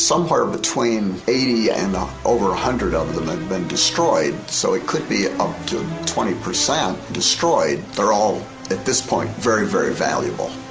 so part of between eighty and over one hundred of them have been destroyed so it could be up to twenty percent destroyed, they're all at this point very, very valuable.